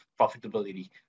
profitability